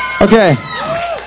Okay